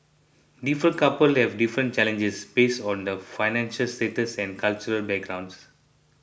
different couple have different challenges based on their financial status and cultural backgrounds